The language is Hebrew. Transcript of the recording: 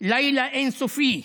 לילה אין-סופי.